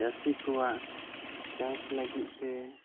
ᱪᱟᱹᱥᱤ ᱠᱚᱣᱟᱜ ᱪᱟᱥ ᱞᱟᱹᱜᱤᱫ ᱛᱮ